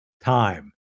time